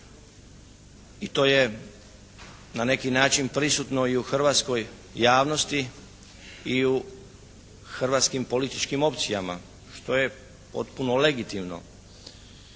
I to je na neki način prisutno i u hrvatskoj javnosti i u hrvatskim političkim opcijama, što je potpuno legitimno.